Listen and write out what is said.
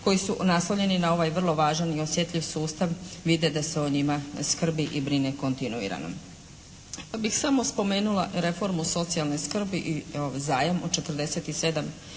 koji su naslovljeni na ovaj vrlo važan i osjetljiv sustav vide da se o njima skrbi i brine kontinuirano. Pa bih samo spomenula reformu socijalne skrbi i ovaj zajam od 47